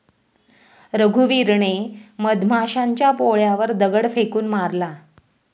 रघुवीरने मधमाशांच्या पोळ्यावर दगड फेकून मारला